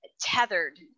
tethered